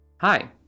Hi